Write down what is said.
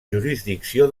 jurisdicció